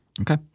Okay